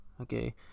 okay